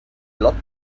lot